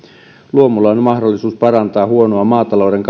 luomulla on mahdollisuus parantaa maatalouden